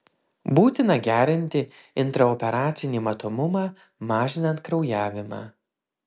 būtina gerinti intraoperacinį matomumą mažinant kraujavimą